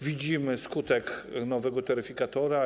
Widzimy skutek nowego taryfikatora.